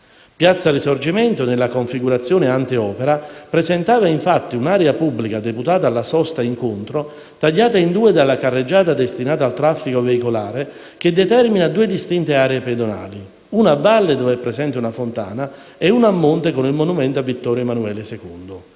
Piazza Risorgimento, nella configurazione *ante* opera, presentava infatti un'area pubblica deputata alla sosta/incontro, tagliata in due dalla carreggiata destinata al traffico veicolare che determina due distinte aree pedonali, una a valle dove è presente una fontana e una a monte con il monumento a Vittorio Emanuele II.